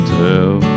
tell